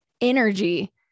energy